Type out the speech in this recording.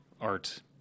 art